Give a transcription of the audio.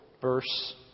verse